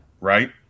Right